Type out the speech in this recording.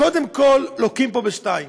קודם כול, לוקים פה בשתיים: